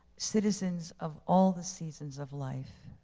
citizens of all the seasons of life,